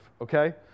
okay